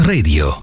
Radio